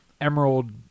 emerald